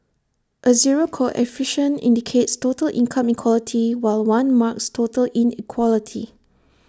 A zero coefficient indicates total income equality while one marks total inequality